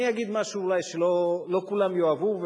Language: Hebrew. אני אגיד משהו שאולי לא כולם יאהבו,